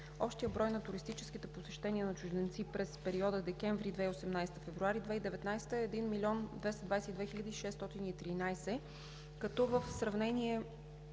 Общият брой на туристическите посещения на чужденци през периода декември 2018 – февруари 2019 г. е 1 222 613, като в сравнение